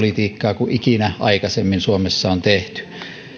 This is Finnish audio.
ilmastopolitiikkaa kuin mitä ikinä aikaisemmin suomessa on tehty